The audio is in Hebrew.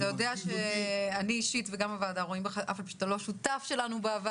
תודה רבה, אנחנו רואים בך שותף מלא